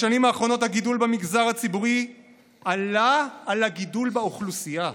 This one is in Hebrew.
בשנים האחרונות הגידול במגזר הציבורי עלה על הגידול באוכלוסייה,